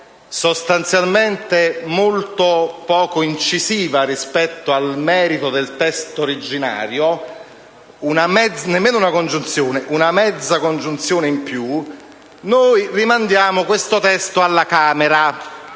sostanzialmente molto poco incisiva rispetto al merito del testo originario, che non è nemmeno una congiunzione, ma una mezza congiunzione in più, noi rinviamo questo testo alla Camera.